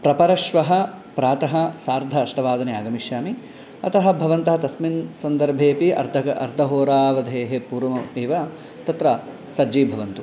प्रपरश्वः प्रातः सार्ध अष्टवादने आगमिष्यामि अतः भवन्तः तस्मिन् सन्दर्भेपि अर्धः अर्धहोरावधेः पूर्वम् एव तत्र सज्जीभवन्तु